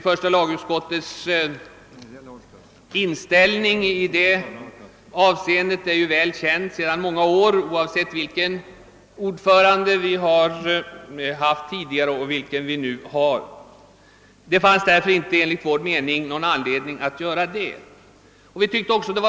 Första lagutskottets inställning i detta avseende är väl känd sedan många år, oavsett vilken ordförande det har haft tidigare och vilken det nu har. Det fanns därför enligt vår mening inte någon anledning att göra ett sådant uttalande.